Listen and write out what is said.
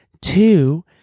Two